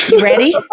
Ready